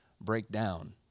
breakdown